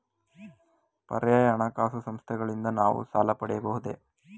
ಪರ್ಯಾಯ ಹಣಕಾಸು ಸಂಸ್ಥೆಗಳಿಂದ ನಾವು ಸಾಲ ಪಡೆಯಬಹುದೇ?